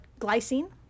glycine